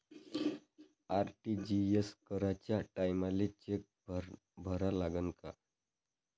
RTGS कराच्या टायमाले cheque भरा लागन का?